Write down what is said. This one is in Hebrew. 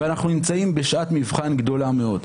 ואנחנו נמצאים בשעת מבחן גדולה מאוד.